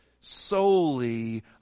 solely